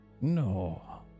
No